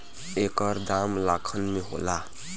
एकर दाम लाखन में होला